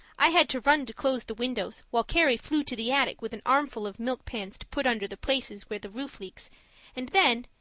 i had to run to close the windows, while carrie flew to the attic with an armful of milk pans to put under the places where the roof leaks and then,